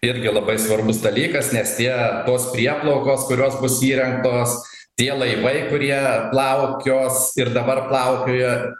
irgi labai svarbus dalykas nes tie tos prieplaukos kurios bus įrengtos tie laivai kurie plaukios ir dabar plaukioja